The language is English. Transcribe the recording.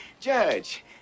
Judge